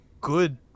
good